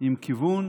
עם כיוון